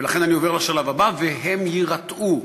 ולכן אני עובר לשלב הבא, והם יירתעו.